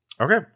Okay